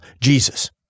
Jesus